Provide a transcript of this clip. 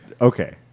Okay